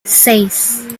seis